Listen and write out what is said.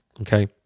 Okay